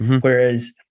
whereas